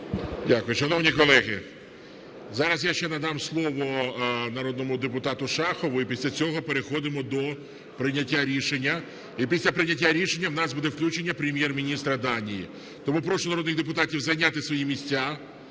Дякую. Шановні колеги, зараз я ще надам слово народному депутату Шахову, і після цього переходимо до прийняття рішення. І після прийняття рішення у нас буде включення Прем’єр-міністра Данії. Тому прошу народних депутатів зайняти свої місця.